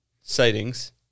sightings